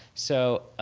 so,